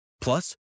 Plus